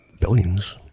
billions